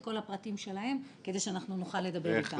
את כל הפרטים שלהם כדי שאנחנו נוכל לדבר איתם.